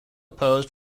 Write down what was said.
posed